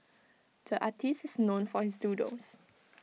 the artist is known for his doodles